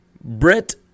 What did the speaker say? Brett